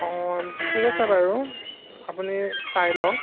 অঁ ঠিক আছে বাৰু আপুনি চাই লওক